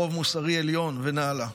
זהו חוב מוסרי עליון ונעלה.